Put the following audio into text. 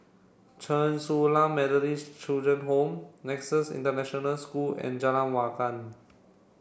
Chen Su Lan Methodist Children Home Nexus International School and Jalan Awan